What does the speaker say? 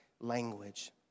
language